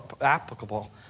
applicable